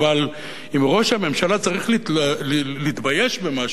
אבל אם ראש הממשלה צריך להתבייש במשהו,